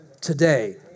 today